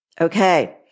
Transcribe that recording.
Okay